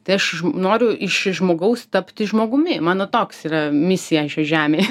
tai aš noriu iš iš žmogaus tapti žmogumi mano toks yra misija šioj žemėj